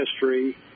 history